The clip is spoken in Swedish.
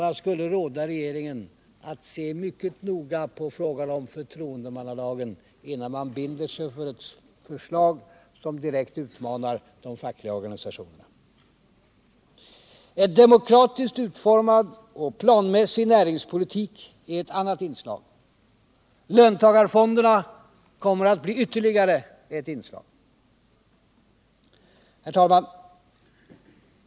Jag skulle vilja råda regeringen att se mycket noga på frågan om förtroendemannalagen, innan man binder sig för ett förslag som direkt utmanar de fackliga organisationerna. En demokratiskt utformad och planmässig näringspolitik är ett annat inslag. Löntagarfonderna kommer att bli ytterligare ett inslag. Herr talman!